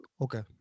Okay